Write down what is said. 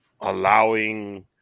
allowing